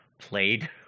played